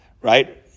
right